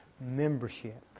membership